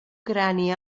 crani